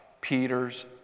Peter's